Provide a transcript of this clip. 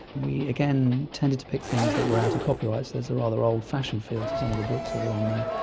we again tended to pick things that were out of copyright, so there's a rather old-fashioned feel to some of the books that are on there.